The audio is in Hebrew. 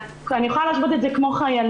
אני יכולה להשוות את זה לחיילים.